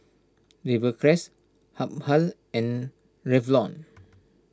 Rivercrest Habhal and Revlon